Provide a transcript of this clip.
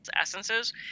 essences